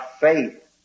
faith